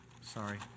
Sorry